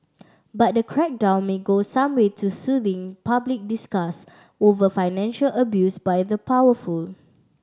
but the crackdown may go some way to soothing public disgust over financial abuse by the powerful